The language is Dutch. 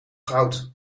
goud